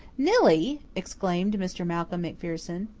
nillie! exclaimed mr. malcolm macpherson.